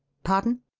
pardon?